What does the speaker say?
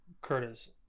Curtis